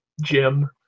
Jim